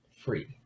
free